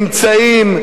נמצאים,